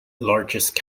largest